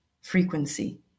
frequency